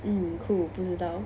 mm cool 不知道